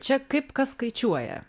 čia kaip kas skaičiuoja